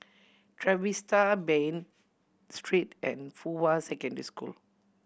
Trevista Bain Street and Fuhua Secondary School